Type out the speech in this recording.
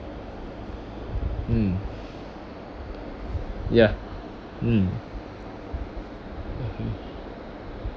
mm ya mm ah hmm